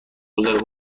بزرگان